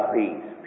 peace